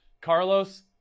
Carlos